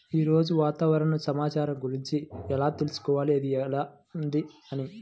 ఈరోజు వాతావరణ సమాచారం గురించి ఎలా తెలుసుకోవాలి అది ఎలా ఉంది అని?